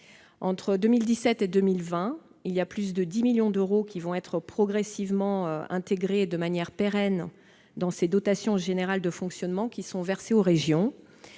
Entre 2017 et 2020, plus de 10 millions d'euros vont être progressivement intégrés de manière pérenne dans ces dotations générales de fonctionnement versées aux régions.